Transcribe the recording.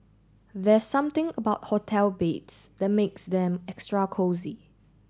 there something about hotel beds that makes them extra cosy